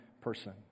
person